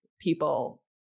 people